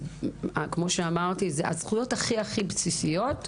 כמו שאמרתי, מדובר בזכויות הכי הכי בסיסיות,